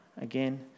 again